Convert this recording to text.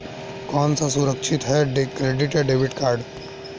कौन सा सुरक्षित है क्रेडिट या डेबिट कार्ड?